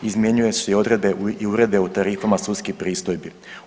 Izmjenjuju se i odredbe i uredbe o tarifama sudskih pristojbi.